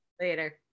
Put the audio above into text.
Later